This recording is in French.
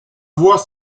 voix